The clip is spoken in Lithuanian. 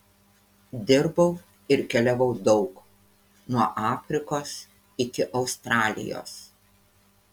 dirbau ir keliavau daug nuo afrikos iki australijos